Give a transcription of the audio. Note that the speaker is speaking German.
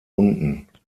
unten